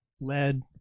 lead